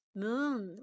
moon